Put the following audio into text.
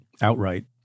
outright